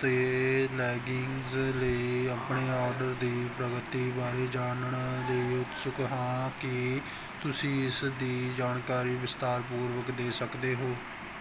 'ਤੇ ਲੈਗਿੰਗਜ਼ ਲਈ ਆਪਣੇ ਆਰਡਰ ਦੀ ਪ੍ਰਗਤੀ ਬਾਰੇ ਜਾਣਨ ਲਈ ਉਤਸੁਕ ਹਾਂ ਕੀ ਤੁਸੀਂ ਇਸ ਦੀ ਜਾਣਕਾਰੀ ਵਿਸਥਾਰਪੂਰਵਕ ਦੇ ਸਕਦੇ ਹੋ